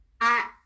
I-